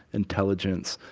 intelligence,